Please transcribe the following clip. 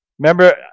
Remember